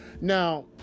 Now